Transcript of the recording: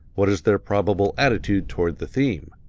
what is their probable attitude toward the theme?